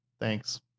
Thanks